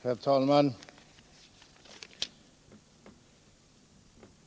Herr talman!